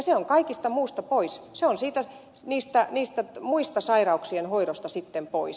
se on kaikesta muusta pois se on muiden sairauksien hoidosta pois